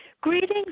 Greetings